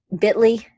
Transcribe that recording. bit.ly